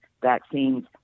vaccines